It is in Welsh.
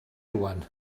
rŵan